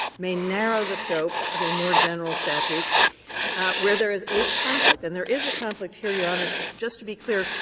may narrow the scope of a more general statute where there is a conflict. and there is a conflict here, your honor. just to be clear,